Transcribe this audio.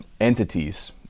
entities